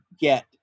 get